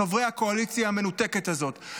חברי הקואליציה המנותקת הזאת,